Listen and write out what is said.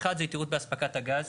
האחד הוא יתירות באספקת הגז